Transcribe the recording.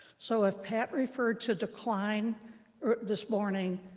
so if pat referred to decline this morning,